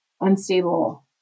unstable